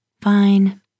Fine